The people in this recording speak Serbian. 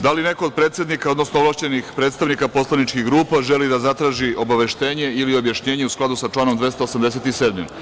Da li neko od predsednika, odnosno ovlašćenih predstavnika poslaničkih grupa želi da zatraži obaveštenje ili objašnjenje u skladu sa članom 287.